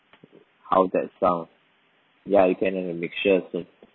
how's that sound ya you can have a mixture and